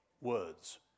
words